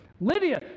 Lydia